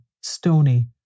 stony